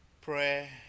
Prayer